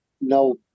no